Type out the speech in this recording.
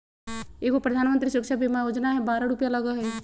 एगो प्रधानमंत्री सुरक्षा बीमा योजना है बारह रु लगहई?